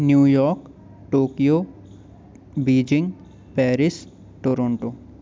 New York Tokyo Beijing Paris Toronto